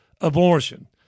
abortion